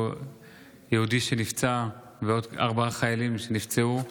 יהודי שנפצע ועוד ארבעה חיילים שנפצעו,